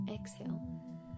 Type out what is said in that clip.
exhale